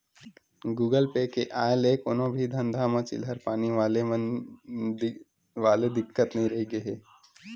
Google Pay के आय ले कोनो भी धंधा म चिल्हर पानी वाले दिक्कत नइ रहिगे हे